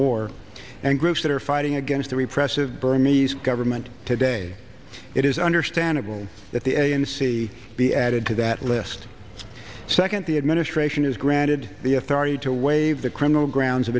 war and groups that are fighting against the repressive burmese government today it is understanding that the a n c be added to that list second the administration has granted the authority to waive the criminal grounds